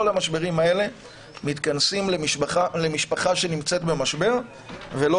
המשברים האלה מתכנסים למשפחה שנמצאת במשבר ולא